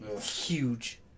Huge